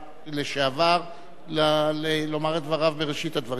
לשעבר לומר את דבריו בראשית הדברים.